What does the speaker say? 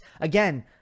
Again